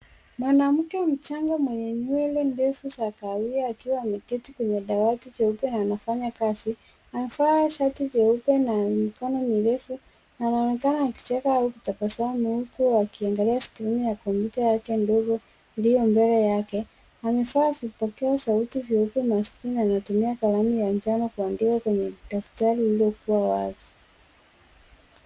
Mwanamke mchanga mwenye nywele ndefu za kahawia akiwa ameketi kwenye dawati jeupe na anafanya kazi. Amevaa shati jeupe na mikono mirefu na anaonekana akicheka au kutabasamu huku akiangalia skrini ya kompyuta yake ndogo iliyo mbele yake. Amevaa vipokeo sauti vyeupe masikio na anatumia kalamu ya njano kuandika kwenye daftari lililokuwa wazi.